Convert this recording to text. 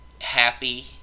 happy